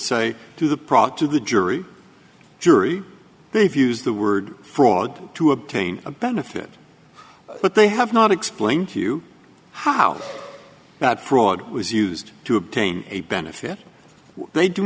prophet to the jury jury they've used the word fraud to obtain a benefit but they have not explained to you how that fraud was used to obtain a benefit they do